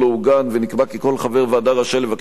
ונקבע כי כל חבר ועדה רשאי לבקש התייעצות